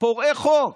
פורעי חוק.